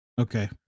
Okay